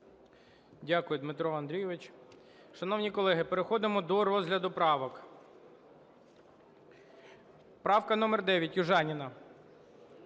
Дякую, Дмитро Андрійович. Шановні колеги, переходимо до розгляду правок. Правка номер 9, Южаніна.